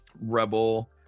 rebel